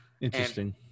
Interesting